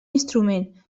instrument